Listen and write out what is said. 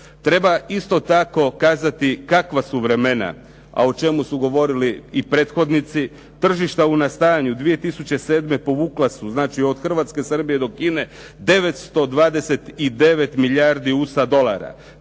Treba isto tako kazati kakva su vremena, a o čemu su govorili i prethodnici. Tržišta u nastajanju 2007. povukla su, znači od Hrvatske, Srbije do Kine 929 milijardi USA dolara.